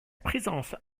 présence